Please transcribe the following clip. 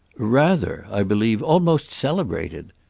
rather, i believe almost celebrated.